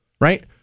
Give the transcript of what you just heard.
Right